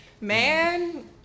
Man